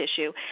issue